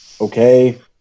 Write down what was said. okay